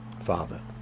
Father